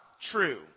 true